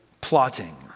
Plotting